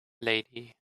lady